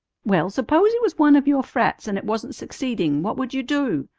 well, s'pose it was one of your frats, and it wasn't succeeding. what would you do?